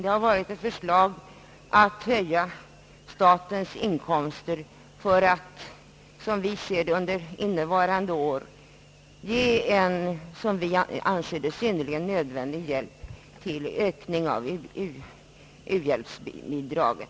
Det har varit ett förslag från motionärerna att höja statens inkomster för att under innevarande år ge en, som vi ser det, synnerligen nödvändig hjälp till ökning av u-hjälpsanslaget.